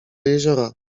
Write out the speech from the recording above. jeziora